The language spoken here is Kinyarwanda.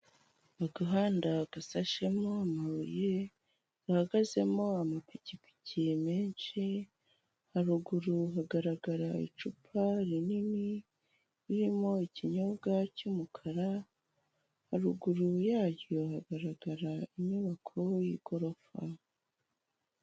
Agahanda gasashemo amabuye gahagazemo amapikipiki menshi haruguru hagaragara icupa rinini ririmo ikinyobwa cy'umukara haruguru yaryo hagaragara inyubako y'igorofa.